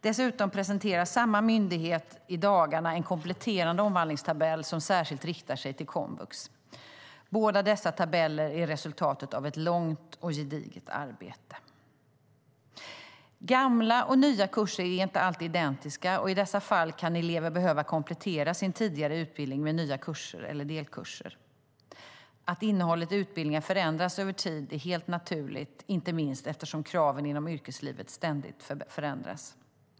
Dessutom presenterar samma myndighet i dagarna en kompletterande omvandlingstabell som särskilt riktar sig till komvux. Båda dessa tabeller är resultatet av ett långt och gediget arbete. Gamla och nya kurser är inte alltid identiska, och i dessa fall kan elever behöva komplettera sin tidigare utbildning med nya kurser eller delkurser. Att innehållet i utbildningar förändras över tid är helt naturligt, inte minst eftersom kraven inom yrkeslivet ständigt förändras.